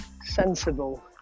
sensible